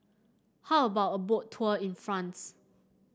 how about a Boat Tour in France